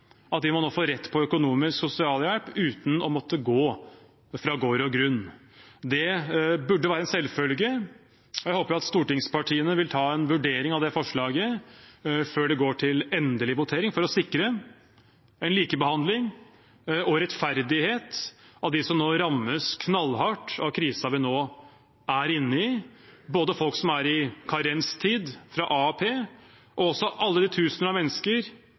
må få rett på økonomisk sosialhjelp uten å måtte gå fra gård og grunn. Det burde være en selvfølge, og jeg håper at stortingspartiene vil ta en vurdering av det forslaget før det går til endelig votering, for å sikre likebehandling av og rettferdighet for dem som nå rammes knallhardt av krisen vi nå er inne i, både folk som er i karenstid fra AAP, og også alle de tusener av mennesker